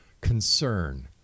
concern